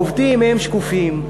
העובדים הם שקופים,